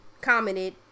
commented